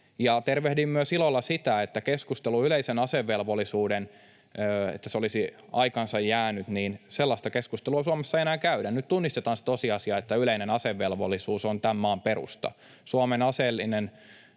tervehdin ilolla myös sitä, että sellaista keskustelua yleisestä asevelvollisuudesta, että se olisi aikaansa jäänyt, Suomessa ei enää käydä. Nyt tunnistetaan se tosiasia, että yleinen asevelvollisuus on tämän maan perusta. Suomen